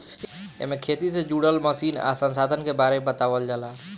एमे खेती से जुड़ल मशीन आ संसाधन के बारे बतावल जाला